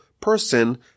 person